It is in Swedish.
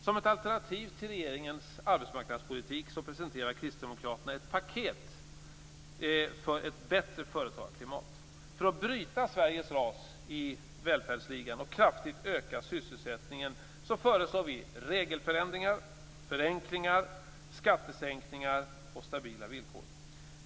Som ett alternativ till regeringens arbetsmarknadspolitik presenterar Kristdemokraterna ett paket för ett bättre företagarklimat. För att bryta Sveriges ras i välfärdsligan och kraftigt öka sysselsättningen föreslår vi regelförändringar, förenklingar, skattesänkningar och stabila villkor.